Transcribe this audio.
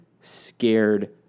scared